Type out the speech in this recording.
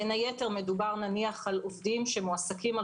בין היתר מדובר למשל על עובדים שמועסקים על